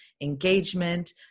engagement